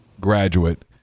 graduate